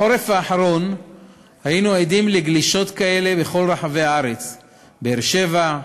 בחורף האחרון היינו עדים לגלישות כאלה בכל רחבי הארץ: באר-שבע,